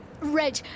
Reg